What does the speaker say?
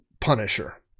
Punisher